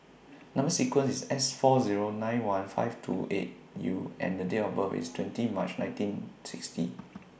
Number sequence IS S four Zero nine one five two eight U and The Date of birth IS twenty March nineteen sixty